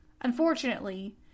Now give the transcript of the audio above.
Unfortunately